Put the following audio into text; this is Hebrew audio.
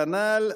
כנ"ל.